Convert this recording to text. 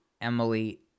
Emily